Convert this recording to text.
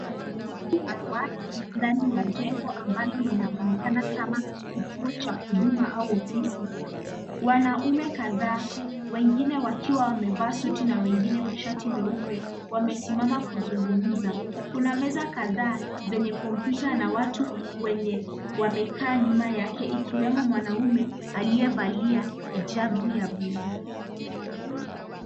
Kundi la watu ndani ya jengo ambalo linaonekana kama kituo cha huduma au ofisi. Wanaume kadhaa, wengine wakiwa wamevaa suti na wengine mashati meupe. Wamesimama kuzungumza. Kuna meza kadhaa zenye kompyuta na watu wenye wamekaa nyuma yake, ikiwemo mwanaume aliyevalia hijabu ya blue .